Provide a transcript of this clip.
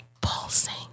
pulsing